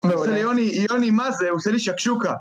יוני, יוני, מה זה? הוא עושה לי שקשוקה